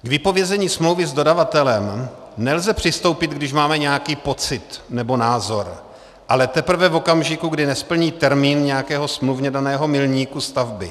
K vypovězení smlouvy s dodavatelem nelze přistoupit, když máme nějaký pocit nebo názor, ale teprve v okamžiku, kdy nesplní termín nějakého smluvně daného milníku stavby.